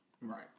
Right